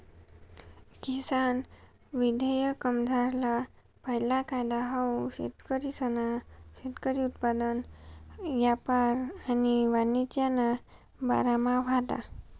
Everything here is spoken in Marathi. किसान विधेयकमझारला पैला कायदा हाऊ शेतकरीसना शेती उत्पादन यापार आणि वाणिज्यना बारामा व्हता